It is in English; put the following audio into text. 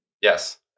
Yes